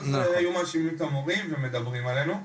היו מאשימים את המורים ומדברים עלינו.